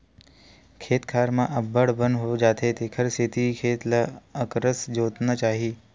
खेत खार म अब्बड़ बन हो जाथे तेखर सेती खेत ल अकरस जोतना चाही